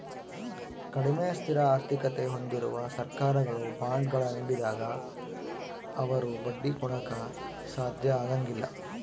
ಕಡಿಮೆ ಸ್ಥಿರ ಆರ್ಥಿಕತೆ ಹೊಂದಿರುವ ಸರ್ಕಾರಗಳು ಬಾಂಡ್ಗಳ ನೀಡಿದಾಗ ಅವರು ಬಡ್ಡಿ ಕೊಡಾಕ ಸಾಧ್ಯ ಆಗಂಗಿಲ್ಲ